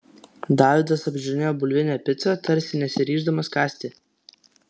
davidas apžiūrinėjo bulvinę picą tarsi nesiryždamas kąsti